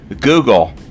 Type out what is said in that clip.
Google